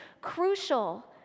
crucial